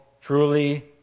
truly